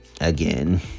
again